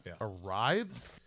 arrives